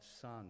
son